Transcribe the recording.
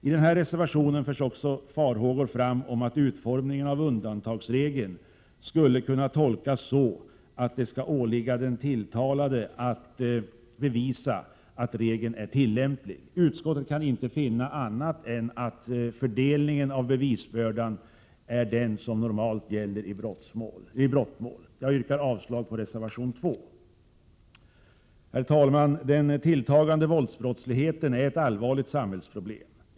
I denna reservation förs också farhågor fram om att utformningen av undantagsregeln skulle kunna tolkas så, att det skall åligga den tilltalade att bevisa att regeln är tillämplig. Utskottet kan inte finna annat än att fördelningen av bevisbördan är den som normalt gäller i brottmål. Jag yrkar avslag på reservation 2. Herr talman! Den tilltagande våldsbrottsligheten är ett allvarligt samhällsproblem.